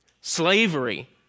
slavery